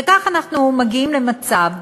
וכך אנחנו מגיעים למצב,